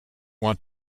want